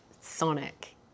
sonic